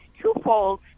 twofold